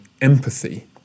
empathy